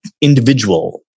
individual